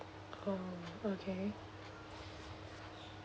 oh okay